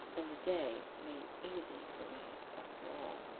and the day made easy for me after all.